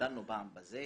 דנו פעם בזה,